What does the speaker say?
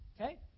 Okay